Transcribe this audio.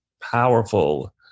powerful